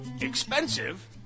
Expensive